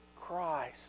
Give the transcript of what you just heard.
Christ